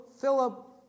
Philip